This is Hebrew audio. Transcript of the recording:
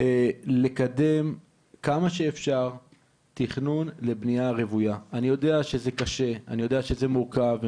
גם מבחינה משפטית אני עורך דין,